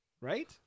Right